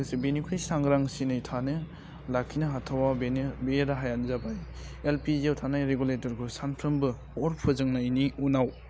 लोगोसे बिनिख्रुइ सांग्रांसिनै थानो लाखिनो हाथावा बेनो बे राहायानो जाबाय एलपिजियाव थानाय रेगुरेटरखौ सानफ्रोमबो अर फोजोंनायनि उनाव